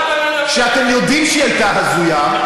שאתם יודעים שהיא הייתה הזויה,